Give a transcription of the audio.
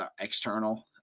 external